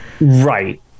right